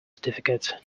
certificate